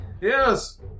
Yes